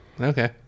Okay